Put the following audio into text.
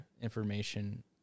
information